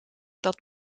dat